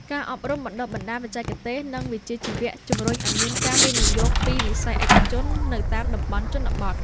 ការអប់រំបណ្ដុះបណ្ដាលបច្ចេកទេស និងវិជ្ជាជីវៈ ជំរុញឱ្យមានការវិនិយោគពីវិស័យឯកជននៅតាមតំបន់ជនបទ។